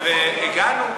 והגענו,